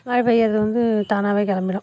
மழை பெய்கிறது வந்து தானாகவே கிளம்பிடும்